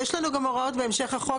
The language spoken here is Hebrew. יש לנו גם הוראות בהמשך החוק,